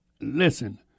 listen